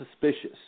suspicious